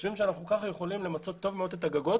חושבים שכך אנחנו יכולים למצות טוב מאוד את הגגות.